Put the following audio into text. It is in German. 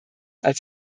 als